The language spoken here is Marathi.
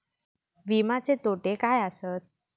विमाचे तोटे काय आसत?